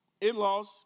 in-laws